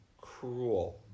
cruel